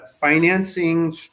financing